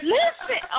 Listen